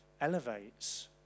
elevates